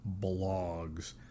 blogs